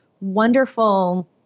wonderful